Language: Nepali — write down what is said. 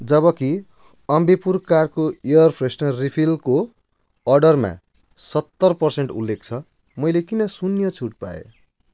जबकि अम्बिपुर कारको एयर फ्रेसनर रिफिलको अर्डरमा सत्तरी पर्सेन्ट उल्लेख छ मैले किन शून्य छुट पाएँ